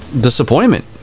disappointment